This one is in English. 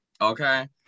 okay